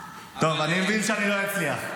טוב, אני מבין שאני לא אצליח.